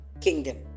kingdom